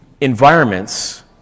environments